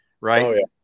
right